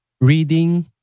reading